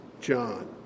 John